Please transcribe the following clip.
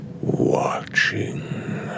Watching